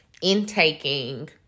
intaking